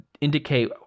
indicate